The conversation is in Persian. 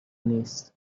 نیست